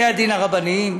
בתקציב בתי-הדין הרבניים,